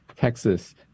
Texas